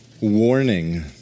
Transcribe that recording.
warning